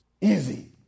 easy